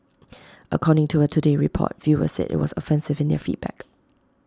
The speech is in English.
according to A today Report viewers said IT was offensive in their feedback